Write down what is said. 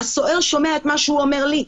הסוהר שומע את מה שהוא אומר לי,